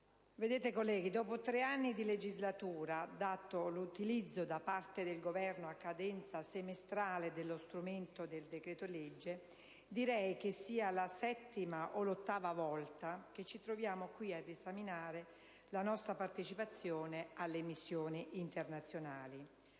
Sottosegretario, dopo tre anni di legislatura, dato l'utilizzo da parte del Governo a cadenza semestrale dello strumento del decreto-legge, direi che sia la settima o l'ottava volta che ci troviamo qui ad esaminare la nostra partecipazione alle missioni internazionali.